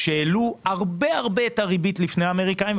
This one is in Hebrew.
שהעלו הרבה-הרבה את הריבית לפני האמריקנים,